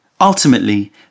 Ultimately